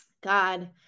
God